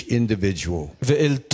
individual